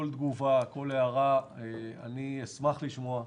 כל תגובה וכל הערה אני אשמח לשמוע.